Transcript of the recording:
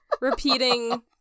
repeating